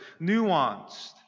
nuanced